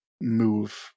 move